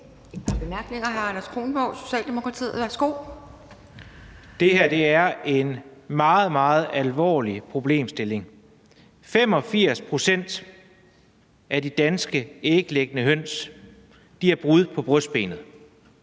Det her er en meget, meget alvorlig problemstilling. 85 pct. af de danske æglæggende høns har brud på brystbenet,